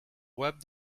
web